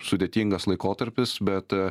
sudėtingas laikotarpis bet